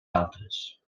altres